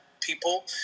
people